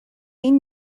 این